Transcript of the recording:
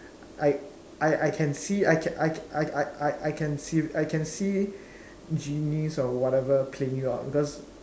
I I I can see I I I I can see I I I can see genies or whatever playing you out because